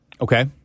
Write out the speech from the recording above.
okay